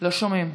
לא שומעים.